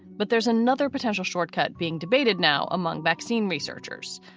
but there's another potential shortcut being debated now among vaccine researchers.